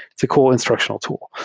it's a cool instructional tool.